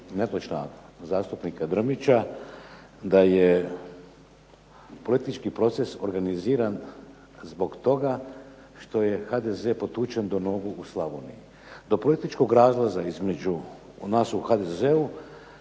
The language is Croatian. netočna zastupnika Drmića da je politički proces organiziran zbog toga što je HDZ potučen do nogu u Slavoniji. Do političkog razlaza između nas u HDZ-u